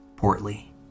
portly